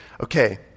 okay